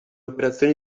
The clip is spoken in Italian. operazioni